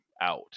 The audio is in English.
out